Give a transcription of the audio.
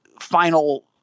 final